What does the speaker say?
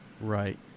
Right